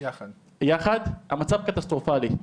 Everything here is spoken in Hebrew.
המצב קטסטרופלי.